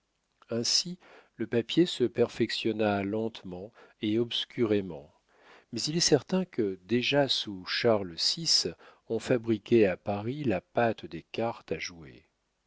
ainsi le papier se perfectionna lentement et obscurément mais il est certain que déjà sous charles vi on fabriquait à paris la pâte des cartes à jouer